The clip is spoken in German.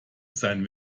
sein